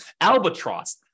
Albatross